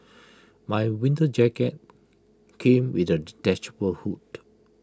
my winter jacket came with A detachable hood